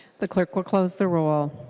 the clerk will close the roll.